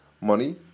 money